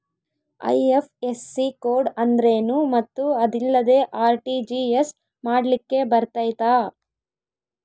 IFSC code ಅಂದ್ರೇನು ಮತ್ತು ಅದಿಲ್ಲದೆ ಆರ್.ಟಿ.ಜಿ.ಎಸ್ ಮಾಡ್ಲಿಕ್ಕೆ ಬರ್ತೈತಾ?